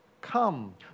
Come